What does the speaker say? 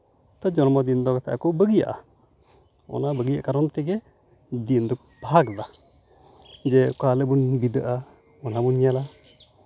ᱛᱳ ᱡᱚᱱᱢᱚ ᱫᱤᱱ ᱫᱚ ᱢᱮᱛᱟᱜ ᱟᱠᱚ ᱵᱟᱹᱜᱤᱭᱟᱜᱼᱟ ᱚᱱᱟ ᱵᱟᱹᱜᱤᱭᱟᱜ ᱠᱟᱨᱚᱱ ᱛᱮᱜᱮ ᱫᱤᱱ ᱫᱚᱠᱚ ᱵᱷᱟᱜᱽ ᱮᱫᱟ ᱡᱮ ᱚᱠᱟ ᱦᱤᱞᱳᱜ ᱵᱚᱱ ᱵᱤᱫᱟᱹᱜᱼᱟ ᱚᱱᱟ ᱵᱚᱱ ᱧᱟᱞᱟ